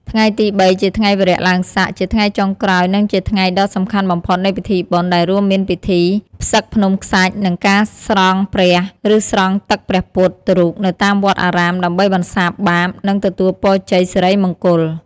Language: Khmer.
ថ្ងៃទី ៣ ជាថ្ងៃវារៈឡើងស័ក ជាថ្ងៃចុងក្រោយ និងជាថ្ងៃដ៏សំខាន់បំផុតនៃពិធីបុណ្យ ដែលរួមមានពិធី ផ្សឹកភ្នំខ្សាច់ និង ការស្រង់ព្រះ ឬស្រង់ទឹកព្រះពុទ្ធរូបនៅតាមវត្តអារាម ដើម្បីបន្សាបបាប និងទទួលពរជ័យសិរីមង្គល។